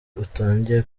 utangiye